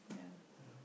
ya